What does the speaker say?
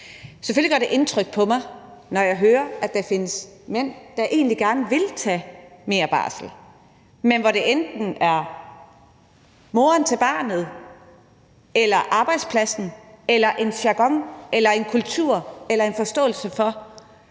selvfølgelig indtryk på mig, når jeg hører, at der findes mænd, der egentlig gerne vil tage mere barsel, men hvor det enten er moren til barnet, arbejdspladsen, en jargon eller en kultur eller andet, der